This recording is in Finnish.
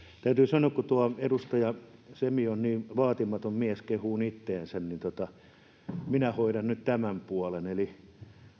täytyy sanoa kun tuo edustaja semi on niin vaatimaton mies kehumaan itseään niin minä hoidan nyt tämän puolen eli